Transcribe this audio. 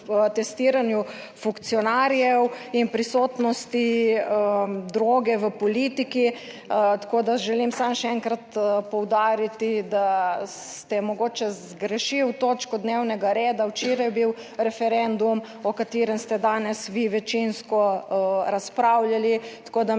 na testiranju funkcionarjev in prisotnosti droge v politiki, tako da želim samo še enkrat poudariti, da ste mogoče zgrešili točko dnevnega reda. Včeraj je bil referendum o katerem ste danes vi večinsko razpravljali, tako da